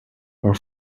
her